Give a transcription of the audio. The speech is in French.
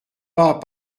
pas